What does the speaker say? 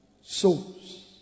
souls